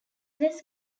less